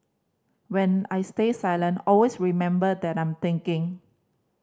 when I stay silent always remember that I'm thinking